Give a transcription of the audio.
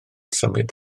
symud